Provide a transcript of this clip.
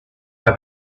have